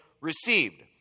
received